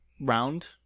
round